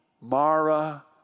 Mara